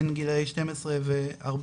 בין גילאי 12 ו-14.